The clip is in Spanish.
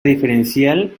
diferencial